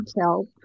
help